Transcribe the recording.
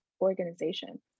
organization